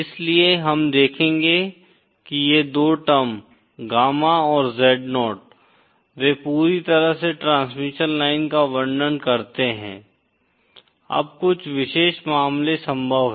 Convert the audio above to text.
इसलिए हम देखेंगे कि ये दो टर्म गामा और Z0 वे पूरी तरह से ट्रांसमिशन लाइन का वर्णन करते है अब कुछ विशेष मामले संभव हैं